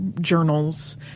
journals